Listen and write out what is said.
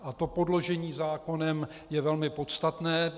A to podložení zákonem je velmi podstatné.